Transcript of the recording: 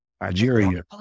Nigeria